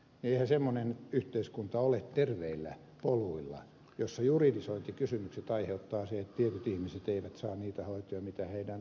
eihän semmoinen yhteiskunta ole terveillä poluilla jossa juridisointikysymykset aiheuttavat sen että tietyt ihmiset eivät saa niitä hoitoja mitä heidän tarpeekseen tulee saada